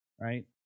right